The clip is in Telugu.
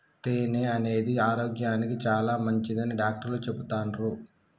తేనె అనేది ఆరోగ్యానికి చాలా మంచిదని డాక్టర్లు చెపుతాన్రు